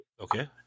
Okay